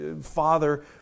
father